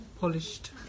Polished